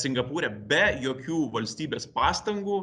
singapūre be jokių valstybės pastangų